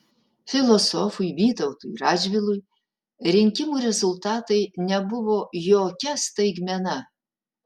filosofui vytautui radžvilui rinkimų rezultatai nebuvo jokia staigmena